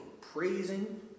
praising